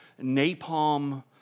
napalm